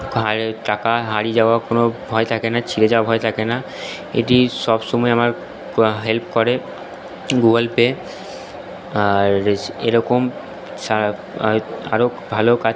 আর টাকা হারিয়ে যাওয়ার কোনো ভয় থাকে না ছিঁড়ে যাওয়ার ভয় থাকে না এটি সব সময় আমার হেল্প করে গুগল পে আর এরকম আরও ভালো কাজ